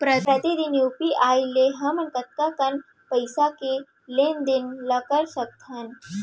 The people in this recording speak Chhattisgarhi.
प्रतिदन यू.पी.आई ले हमन कतका कन पइसा के लेन देन ल कर सकथन?